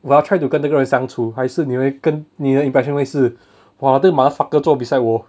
我要 try to 跟那个人相处还是你会跟你的 impression 会是 !wah! 这个 motherfucker 做 beside 我